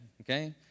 okay